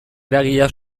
eragilea